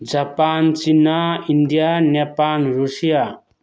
Japan China India Nepal Russia